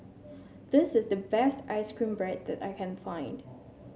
this is the best ice cream bread that I can find